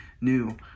new